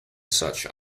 such